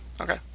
Okay